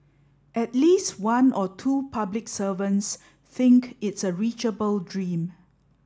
at least one or two public servants think it's a reachable dream